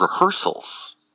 rehearsals